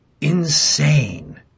insane